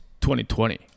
2020